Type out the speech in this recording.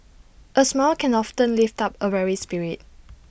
A smile can often lift up A weary spirit